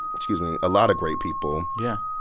excuse me a lot of great people. yeah.